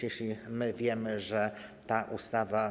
Jeśli wiemy, że ta ustawa.